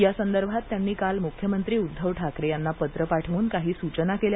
या संदर्भात त्यांनी काल मुख्यमंत्री उद्धव ठाकरे यांना पत्र पाठवून काही सूचना केल्या